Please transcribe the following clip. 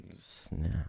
snap